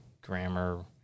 grammar